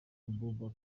abuba